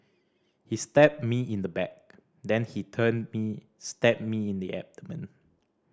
he stabbed me in the back then he turned me stabbed me in the abdomen